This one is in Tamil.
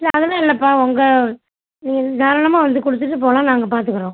இல்லை அதெல்லாம் இல்லைப்பா உங்கள் நீங்கள் தாராளமாக வந்து கொடுத்துட்டு போகலாம் நாங்கள் பார்த்துக்குறோம்